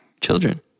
children